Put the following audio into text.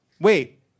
wait